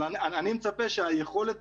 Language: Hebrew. אני מצפה שהיכולת